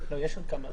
לא, יש עוד כמה.